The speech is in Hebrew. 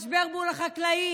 משבר מול החקלאים,